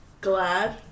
glad